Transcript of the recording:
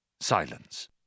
silence